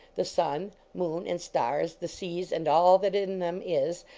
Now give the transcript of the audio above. the sun, moon, and stars, the seas and all that in them is,